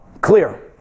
Clear